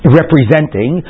representing